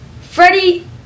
Freddie